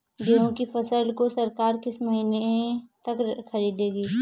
गेहूँ की फसल को सरकार किस महीने तक खरीदेगी?